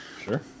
Sure